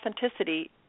authenticity